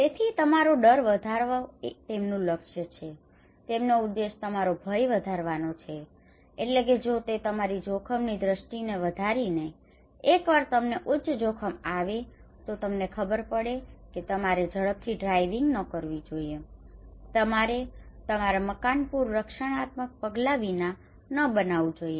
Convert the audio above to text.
તેથી તમારો ડર વધારવો એ તેમનું લક્ષ્ય છે તેમનો ઉદ્દેશ તમારો ભય વધારવનો છે એટલે કે જો તે તમારી જોખમની દ્રષ્ટિ વધારીને એકવાર તમને ઉચ્ચ જોખમ આવે તો તમને ખબર પડે કે તમારે ઝડપથી ડ્રાઇવિંગ ન કરવી જોઈએ તમારે તમારું મકાન પૂર રક્ષણાત્મક પગલાં વિના ન બનાવવું જોઈએ